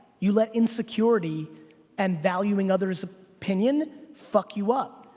you let insecurity and valuing others opinion fuck you up.